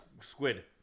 squid